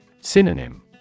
Synonym